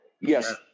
Yes